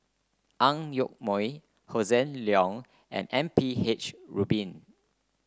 Ang Yoke Mooi Hossan Leong and M P H Rubin